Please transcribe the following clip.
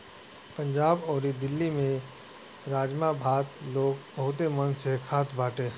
पंजाब अउरी दिल्ली में राजमा भात लोग बहुते मन से खात बाटे